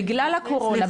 בגלל הקורונה,